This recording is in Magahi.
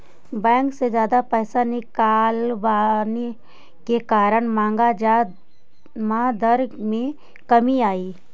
बैंक से जादा पैसे निकलवाने के कारण मांग जमा दर में कमी आई